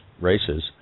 races